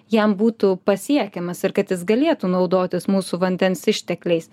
jam būtų pasiekiamas ir kad jis galėtų naudotis mūsų vandens ištekliais